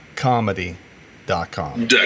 comedy.com